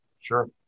Sure